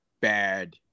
bad